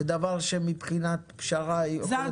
זה דבר שמבחינת פשרה יכול להיות --- שלושה